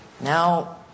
now